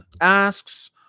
asks